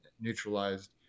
neutralized